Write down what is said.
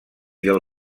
del